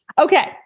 Okay